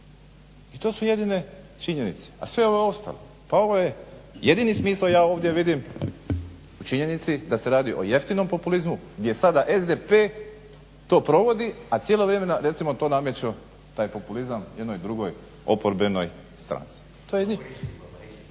I to su jedine činjenice, a sve ove ostale, pa ovo je jedini smisao, ja ovdje vidim u činjenici da se radi o jeftinom populizmu gdje sada SDP to provodi a cijelo vrijeme, recimo to nameću taj populizam jednoj drugoj oporbenoj stranci, pa dobro